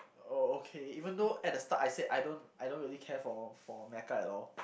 oh okay even though at the start I said I don't I don't really care for for mecha at all